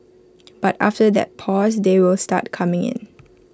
but after that pause they will start coming in